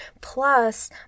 plus